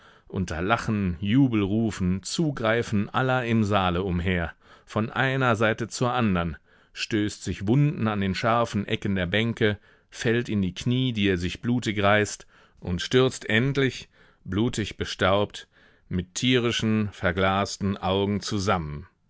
unter lachen jubelrufen zugreifen aller im saale umher von einer seite zur andern stößt sich wunden an den scharfen ecken der bänke fällt in die knie die er sich blutig reißt und stürzt endlich blutig bestaubt mit tierischen verglasten augen zusammen